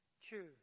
Choose